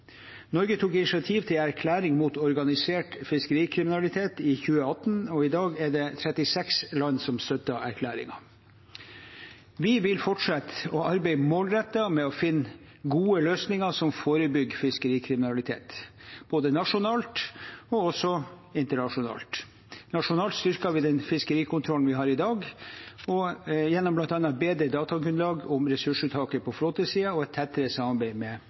Norge tok initiativ til en erklæring mot organisert fiskerikriminalitet i 2018. I dag er det 36 land som støtter erklæringen. Vi vil fortsette å arbeide målrettet med å finne gode løsninger som forebygger fiskerikriminalitet, både nasjonalt og internasjonalt. Nasjonalt styrker vi den fiskerikontrollen vi har i dag gjennom bl.a. et bedre datagrunnlag om ressursuttaket på flåtesiden og et tettere samarbeid med